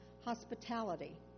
hospitality